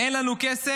אין לנו כסף